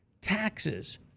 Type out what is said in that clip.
Taxes